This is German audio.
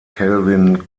calvin